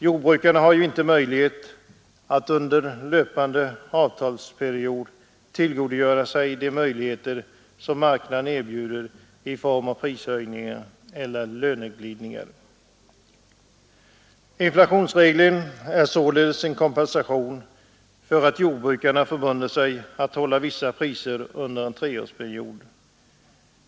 Jordbrukarna kan inte under löpande avtalsperiod tillgodogöra sig de möjligheter som marknaden erbjuder i form av prishöjningar och löneglidningar. Inflationsregeln ger således kompensation för att jordbrukarna förbundit sig att hålla vissa priser under en treårsperiod.